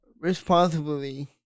responsibly –